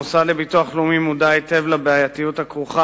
המוסד לביטוח לאומי מודע היטב לבעייתיות הכרוכה